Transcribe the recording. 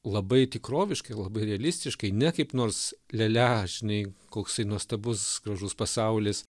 labai tikroviškai labai realistiškai ne kaip nors lele žinai koksai nuostabus gražus pasaulis